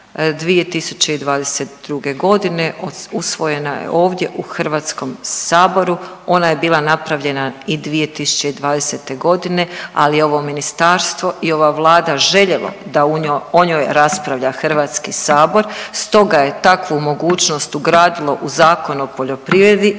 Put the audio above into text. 2022.g., usvojena je ovdje u HS, ona je bila napravljena i 2020.g., ali je ovo ministarstvo i ova Vlada željelo da o njoj raspravlja HS, stoga je takvu mogućnost ugradilo u Zakon o poljoprivredi